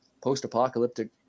post-apocalyptic